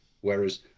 Whereas